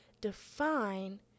define